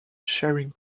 sharing